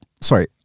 Sorry